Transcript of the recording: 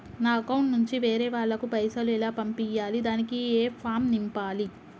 నా అకౌంట్ నుంచి వేరే వాళ్ళకు పైసలు ఎలా పంపియ్యాలి దానికి ఏ ఫామ్ నింపాలి?